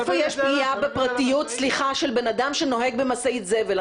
איפה יש פגיעה בפרטיות של בנאדם שנוהג במשאית זבל.